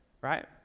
right